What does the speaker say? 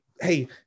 hey